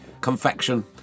confection